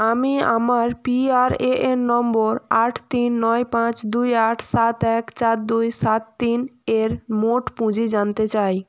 আমি আমার P R A N number আট তিন নয় পাঁচ দুই আট সাত এক চার দুই সাত তিন এর মোট পুঁজি জানতে চাই